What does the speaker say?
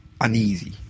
uneasy